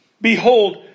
Behold